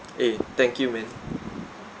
eh thank you man